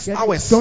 hours